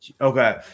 Okay